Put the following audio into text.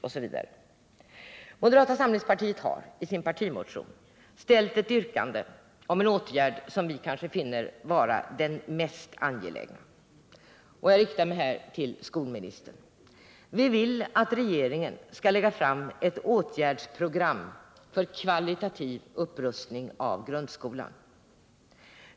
Moderata samlingspartiet har i en partimotion ställt ett yrkande på en åtgärd som vi finner vara den mest angelägna. Jag riktar mig här till skolministern. Vi vill att regeringen skall lägga fram ett åtgärdsprogram för kvalitativ upprustning av grundskolan.